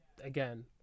again